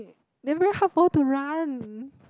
then very hard for her to run